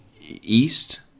East